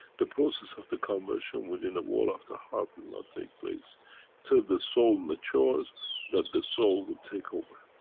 the process of the conversion within the wall of the heart will not take place till the soul matures that the soul will take over.